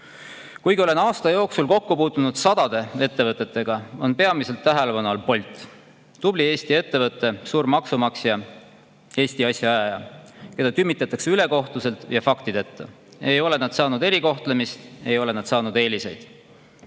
Kuigi olen aasta jooksul kokku puutunud sadade ettevõtetega, on peamiselt tähelepanu all Bolt, tubli Eesti ettevõte, suur maksumaksja, Eesti asja ajaja, keda tümitatakse ülekohtuselt ja faktideta. Ei ole nad saanud erikohtlemist, ei ole nad saanud eeliseid.